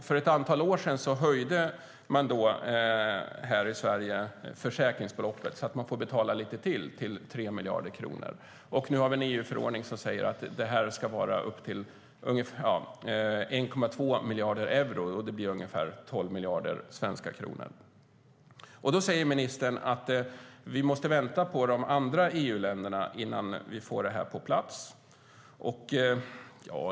För ett antal år sedan höjde man i Sverige försäkringsbeloppet till 3 miljarder kronor, så att man får betala lite till. Nu har vi en EU-förordning som säger att det ska vara upp till 1,2 miljarder euro, vilket blir ungefär 12 miljarder svenska kronor. Ministern säger att vi måste vänta på de andra EU-länderna innan vi får det här på plats.